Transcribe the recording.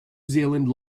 zealand